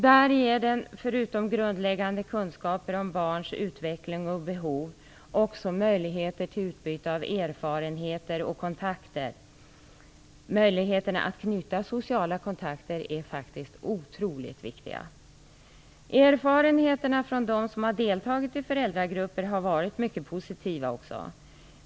Där ger den, förutom grundläggande kunskaper om barns utveckling och behov, också möjligheter till utbyte av erfarenheter och till kontakter. Möjligheterna att knyta sociala kontakter är faktiskt otroligt viktiga! Erfarenheterna från dem som deltagit i föräldragrupper har varit mycket positiva.